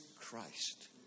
Christ